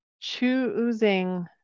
choosing